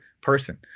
person